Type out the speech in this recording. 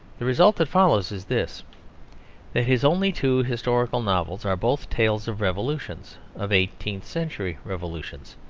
the result that follows is this that his only two historical novels are both tales of revolutions of eighteenth-century revolutions.